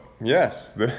yes